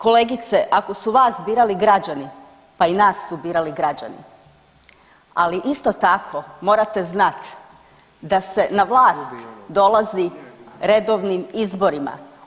Kolegice ako su vas birali građani, pa i nas su birali građani, ali isto tako morate znat da se na vlast dolazi redovnim izborima.